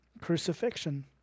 crucifixion